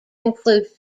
include